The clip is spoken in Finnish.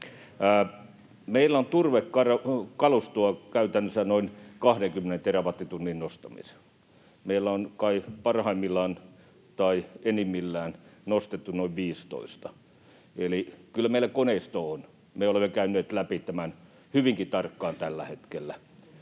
Meillä on turvekalustoa käytännössä noin 20 terawattitunnin nostamiseen. Meillä on kai parhaimmillaan, tai enimmillään, nostettu noin 15, eli kyllä meillä koneistoa on. Me olemme käyneet läpi tämän hyvinkin tarkkaan tällä hetkellä.